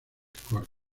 corto